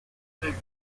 نمیان